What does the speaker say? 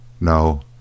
No